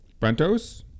Brentos